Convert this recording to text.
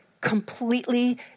completely